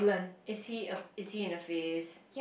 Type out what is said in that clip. is he is he in a phase